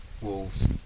wolves